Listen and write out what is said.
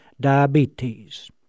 diabetes